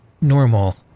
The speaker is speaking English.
normal